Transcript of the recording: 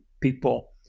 people